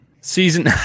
Season